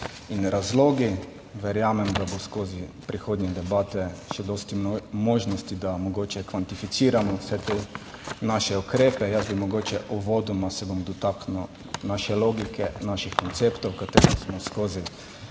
in razlogi. Verjamem, da bo skozi prihodnje debate še dosti možnosti, da mogoče kvantificiramo vse te naše ukrepe. Jaz bi mogoče, uvodoma se bom dotaknil naše logike, naših konceptov, katerih smo skozi